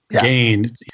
gain